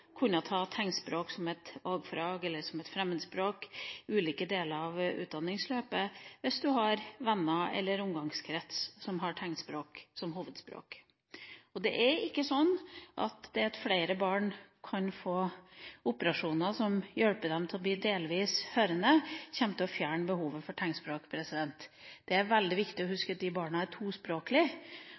kunne ta tegnspråk som et valgfag eller som et fremmedspråk i ulike deler av utdanningsløpet, hvis du har venner eller omgangskrets som har tegnspråk som hovedspråk. Det er ikke sånn at det at flere barn kan få operasjoner som hjelper dem til å bli delvis hørende, kommer til å fjerne behovet for tegnspråk. Det er veldig viktig å huske at de barna er